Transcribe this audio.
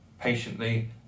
patiently